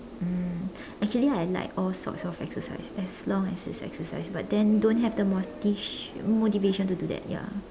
mm actually I like all sorts of exercises as long as it is exercise but then don't have the moti~ motivation to do that ya